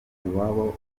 iwabo